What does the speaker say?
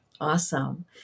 Awesome